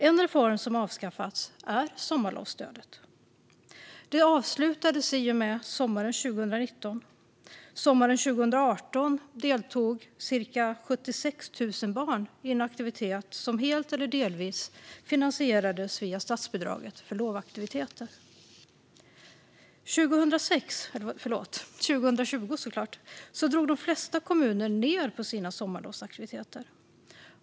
En reform som avskaffats är sommarlovsstödet. Det avslutades i och med sommaren 2019. Sommaren 2018 deltog cirka 76 000 barn i en aktivitet som helt eller delvis finansierades via statsbidraget för lovaktiviteter. År 2020 drog de flesta kommuner ned på sina sommarlovsaktiviteter.